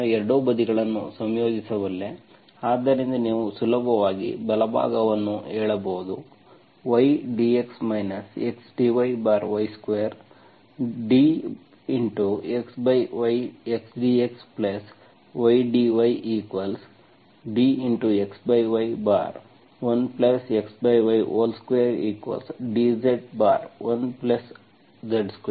ಈಗ ನಾನು ಎರಡೂ ಬದಿಗಳನ್ನು ಸಂಯೋಜಿಸಬಲ್ಲೆ ಆದ್ದರಿಂದ ನೀವು ಸುಲಭವಾಗಿ ಬಲಭಾಗವನ್ನು ಹೇಳಬಹುದು y dx x dyy2 is the dxy xdxydydxy1xy2dZ1Z2